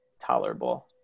tolerable